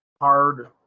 hard